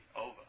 over